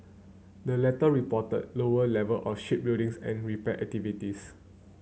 the latter reported lower level of ship buildings and repair activities